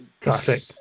classic